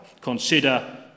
consider